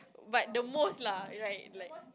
but the most lah right like